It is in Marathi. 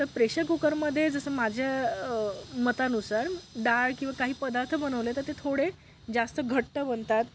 तर प्रेशर कुकरमध्ये जसं माझ्या मतानुसार डाळ किंवा काही पदार्थ बनवले तर ते थोडे जास्त घट्ट बनतात